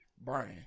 Brian